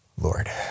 Lord